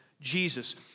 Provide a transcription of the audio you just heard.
Jesus